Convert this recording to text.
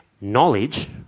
knowledge